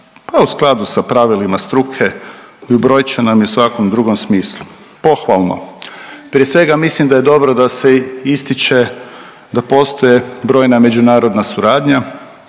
a u skladu sa pravilima struke i u brojčanom i u svakom drugom smislu. Pohvalno. Prije svega mislim da je dobro se ističe da postoje brojna međunarodna suradnja,